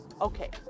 okay